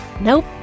Nope